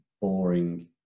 boring